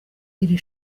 iri